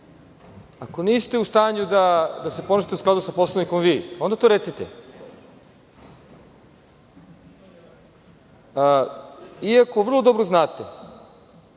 vi niste u stanju da se ponašate u skladu sa Poslovnikom, onda to recite, iako vrlo dobro znate